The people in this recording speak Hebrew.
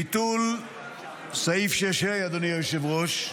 ביטול סעיף 6(ה), אדוני היושב-ראש,